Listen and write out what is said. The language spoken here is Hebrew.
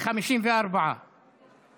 תמשיכו לעשות צחוק מהציבור שבחר בכם.